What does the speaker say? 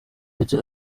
ndetse